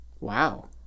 wow